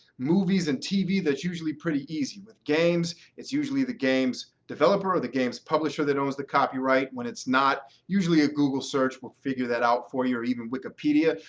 movies, and tv, that's usually pretty easy. with games it's usually the game's developer or the game's publisher that owns the copyright. when it's not, usually a google search will figure that out for you, or even wikipedia.